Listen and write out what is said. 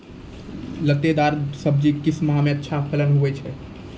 लतेदार दार सब्जी किस माह मे अच्छा फलन होय छै?